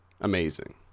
amazing